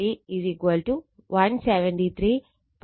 2 angle 40o volt